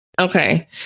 Okay